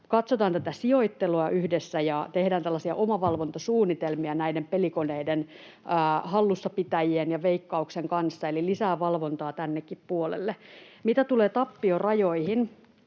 katsotaan tätä sijoittelua yhdessä ja tehdään tällaisia omavalvontasuunnitelmia näiden pelikoneiden hallussapitäjien ja Veikkauksen kanssa, eli lisää valvontaa tännekin puolelle. Mitä tulee tappiorajoihin,